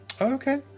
Okay